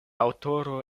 aŭtoro